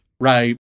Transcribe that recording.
right